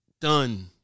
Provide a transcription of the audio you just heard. done